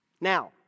Now